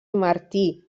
martí